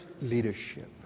leadership